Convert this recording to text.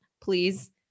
please